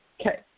Okay